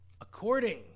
According